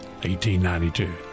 1892